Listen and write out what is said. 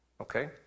Okay